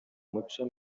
umuco